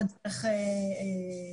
או דרך גוגל,